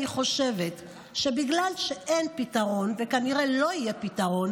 אני חושבת שבגלל שאין פתרון וכנראה שלא יהיה פתרון,